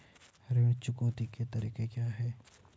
ऋण चुकौती के तरीके क्या हैं?